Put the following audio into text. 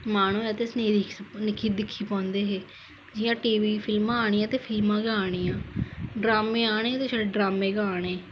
मन होऐ ते दिक्खी पांदे है जियां टीवी फिल्मा आनिया ते फिल्मा गै आनिया ड्रामे आने ते छडे ड्रामे गै आने